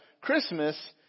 Christmas